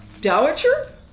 Dowager